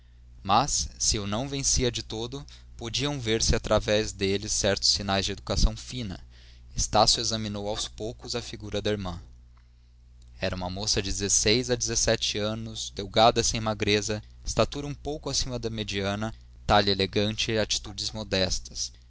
mas se o não vencia de todo podiam ver-se através dele certos sinais de educação fina estácio examinou aos poucos a figura da irmã era uma moça de dezesseis a dezessete anos delgada sem magreza estatura um pouco acima de mediana talhe elegante e atitudes modestas